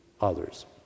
others